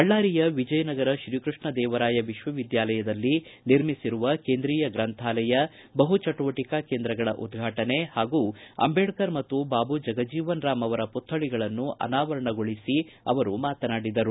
ಬಳ್ಳಾರಿಯ ವಿಜಯನಗರ ಶ್ರೀಕೃಷ್ಣ ದೇವರಾಯ ವಿಶ್ವ ವಿದ್ಯಾಲಯದಲ್ಲಿ ನಿರ್ಮಿಸಿರುವ ಕೇಂದ್ರೀಯ ಗ್ರಂಥಾಲಯ ಬಹು ಚಟುವಟಿಕಾ ಕೇಂದ್ರಗಳ ಉದ್ವಾಟನೆ ಹಾಗು ಅಂಬೇಡ್ತರ್ ಮತ್ತು ಬಾಬು ಜಗಜೀವನ್ ರಾಮ್ ಅವರ ಪುಕ್ಷಳಿಗಳನ್ನು ಅನಾವರಣಗೊಳಿಸಿ ಅವರು ಮಾತನಾಡಿದರು